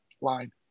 line